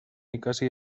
ikasi